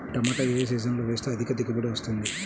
టమాటా ఏ సీజన్లో వేస్తే అధిక దిగుబడి వస్తుంది?